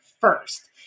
first